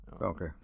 Okay